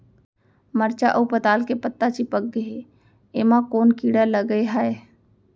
मरचा अऊ पताल के पत्ता चिपक गे हे, एमा कोन कीड़ा लगे है?